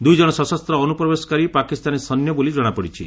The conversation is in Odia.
ଦୁଇଜଣ ସଶସ୍ତ ଅନୁପ୍ରବେଶକାରୀ ପାକିସ୍ତାନୀ ସୈନ୍ୟ ବୋଲି ଜଶାପଡ଼ିଛି